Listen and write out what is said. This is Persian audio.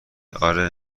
آره